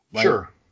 Sure